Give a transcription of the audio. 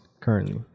currently